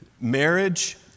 Marriage